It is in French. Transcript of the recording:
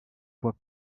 fois